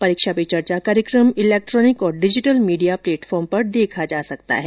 परीक्षा पे चर्चा कार्यक्रम इलेक्ट्रोनिक और डिजिटल मीडिया प्लेटफोर्म पर देखा जा सकता है